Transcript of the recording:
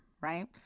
right